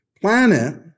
planet